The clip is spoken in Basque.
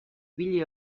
ibili